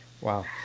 Wow